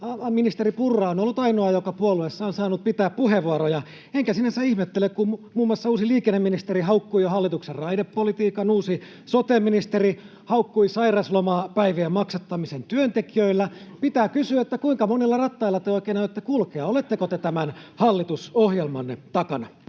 ministeri Purra on ollut ainoa, joka puolueessa on saanut pitää puheenvuoroja, enkä sinänsä ihmettele, kun muun muassa uusi liikenneministeri haukkui jo hallituksen raidepolitiikan ja uusi sote-ministeri haukkui sairaslomapäivien maksattamisen työntekijöillä. Pitää kysyä: Kuinka monilla rattailla te oikein aiotte kulkea? Oletteko te tämän hallitusohjelmanne takana?